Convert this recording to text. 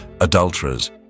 adulterers